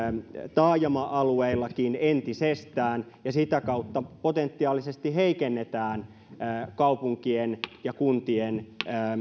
taajama alueillakin entisestään ja sitä kautta potentiaalisesti heikennetään kaupunkien ja kuntien